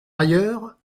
ailleurs